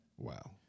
Wow